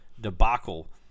debacle